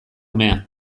umea